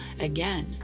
again